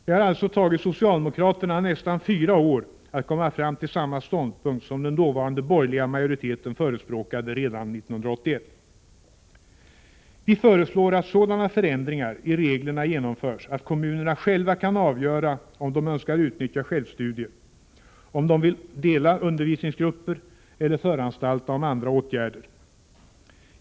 Det har alltså tagit socialdemokraterna nästan fyra år att komma fram till samma ståndpunkt som redan 1981 förespråkades av den dåvarande borgerliga majoriteten. Vi föreslår att sådana förändringar i reglerna genomförs att kommunerna själva kan avgöra om de önskar utnyttja systemet med självstudier, om de vill dela undervisningsgrupper eller föranstalta om andra åtgärder.